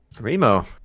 Remo